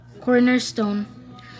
cornerstone